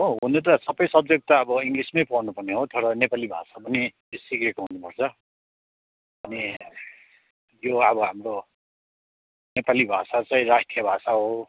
हो हुनु त सबै सब्जेक्ट त अब इङ्लिसमै पढ्नुपर्ने हो तर नेपाली भाषा पनि ए सिकेको हुनुपर्छ अनि यो अब हाम्रो नेपाली भाषा चाहिँ राष्ट्रिय भाषा हो